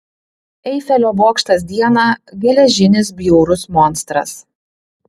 eifelio bokštas dieną geležinis bjaurus monstras